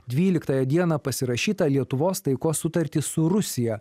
dvyliktąją dieną pasirašytą lietuvos taikos sutartį su rusija